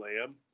Lamb